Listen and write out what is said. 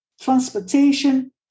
transportation